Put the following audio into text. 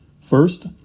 First